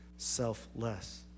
selfless